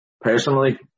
personally